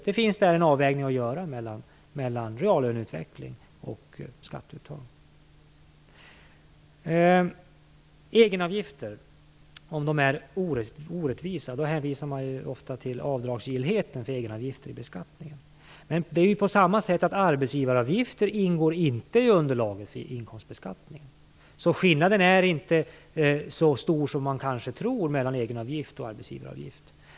Det finns en avvägning att göra mellan reallöneutveckling och skatteuttag. Är egenavgifterna orättvisa? Då hänvisar man ofta till avdragsgillheten för egenavgifter i beskattningen. Arbetsgivaravgifter ingår inte i underlaget för inkomstbeskattningen. Skillnaden är inte så stor som man kanske tror mellan egenavgift och arbetsgivaravgift.